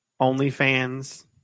OnlyFans